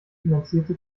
finanzierte